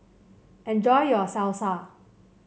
enjoy your Salsa